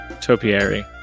topiary